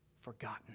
forgotten